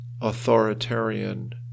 authoritarian